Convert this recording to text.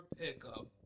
pickup